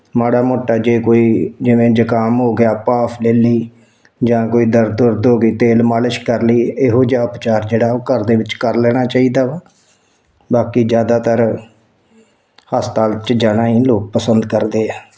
ਮਾੜਾ ਮੋਟਾ ਜੇ ਕੋਈ ਜਿਵੇਂ ਜ਼ੁਕਾਮ ਹੋ ਗਿਆ ਭਾਫ ਲੈ ਲਈ ਜਾਂ ਕੋਈ ਦਰਦ ਦੁਰਦ ਹੋ ਗਈ ਤੇਲ ਮਾਲਿਸ਼ ਕਰ ਲਈ ਇਹੋ ਜਿਹਾ ਉਪਚਾਰ ਜਿਹੜਾ ਉਹ ਘਰ ਦੇ ਵਿੱਚ ਕਰ ਲੈਣਾ ਚਾਹੀਦਾ ਵਾ ਬਾਕੀ ਜ਼ਿਆਦਾਤਰ ਹਸਪਤਾਲ 'ਚ ਜਾਣਾ ਹੀ ਲੋਕ ਪਸੰਦ ਕਰਦੇ ਆ